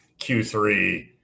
Q3